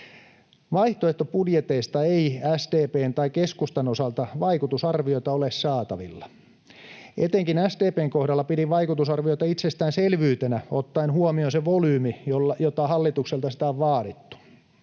Vaihtoehtobudjeteista ei SDP:n tai keskustan osalta vaikutusarvioita ole saatavilla. Etenkin SDP:n kohdalla pidin vaikutusarvioita itsestäänselvyytenä ottaen huomioon se volyymi, jolla hallitukselta sitä on vaadittu.